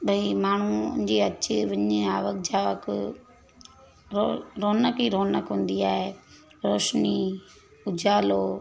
भई माण्हू जीअं अचे वञ जीअं आवक जावक रो रौनक ई रौनक हूंदी आहे रोशिनी उजालो